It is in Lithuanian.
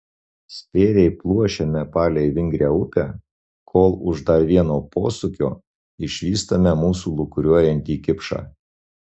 spėriai pluošiame palei vingrią upę kol už dar vieno posūkio išvystame mūsų lūkuriuojantį kipšą